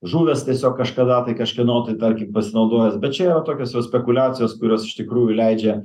žuvęs tiesiog kažkada tai kažkieno tai dar pasinaudojęs bet čia jau tokios spekuliacijos kurios iš tikrųjų leidžia